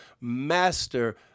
master